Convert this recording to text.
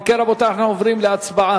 אם כן, רבותי, אנחנו עוברים להצבעה.